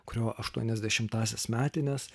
kurio aštuoniasdešimtąsias metines